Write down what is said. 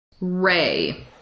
Ray